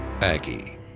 Aggie